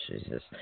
Jesus